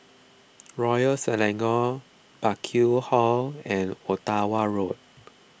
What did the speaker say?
Royal Selangor Burkill Hall and Ottawa Road